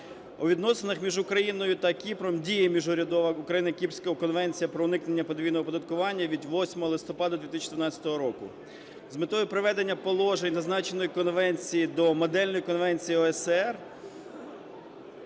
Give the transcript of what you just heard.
У відносинах між Україною та Кіпром діє міжурядова Україно-Кіпрська Конвенція про уникнення подвійного оподаткування від 8 листопада 2014 року. З метою приведення положень зазначеної Конвенції до модельної Конвенції ОСР,